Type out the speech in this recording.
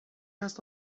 است